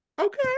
Okay